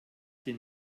den